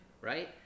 right